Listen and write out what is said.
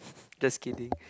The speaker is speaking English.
just kidding